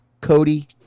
Cody